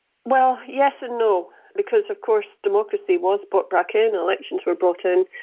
well, yes and no, because of course democracy was brought back in, elections were brought in.